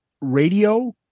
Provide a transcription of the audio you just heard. radio